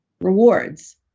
rewards